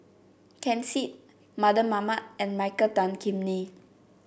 Ken Seet Mardan Mamat and Michael Tan Kim Nei